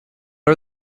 are